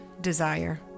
desire